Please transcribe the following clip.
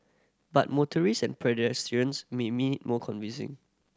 but motorists and pedestrians may need more convincing